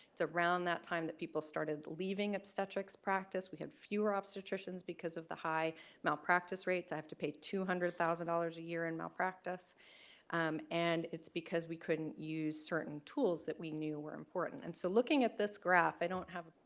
it's around that time that people started leaving obstetrics practice. we have fewer obstetricians because of the high malpractice rates, i have to pay two hundred thousand dollars a year in malpractice and it's because we couldn't use certain tools that we knew were important. and so looking at this this graph, i don't have.